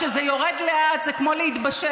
וכשזה יורד לאט, זה כמו להתבשל